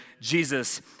Jesus